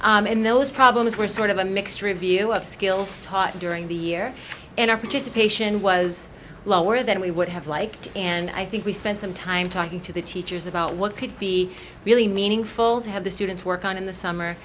school and those problems were sort of a mixed review of skills taught during the year and are just patient was lower than we would have liked and i think we spent some time talking to the teachers about what could be really meaningful to have the students work on in the summer